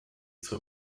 zur